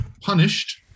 punished